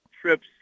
trips –